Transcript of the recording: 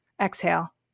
exhale